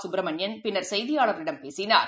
சுப்பிரமணியன் பின்னர் செய்தியாளர்களிடம் பேசினார்